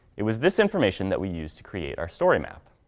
it was this information that we used to create our story map.